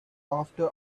after